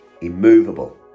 immovable